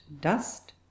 dust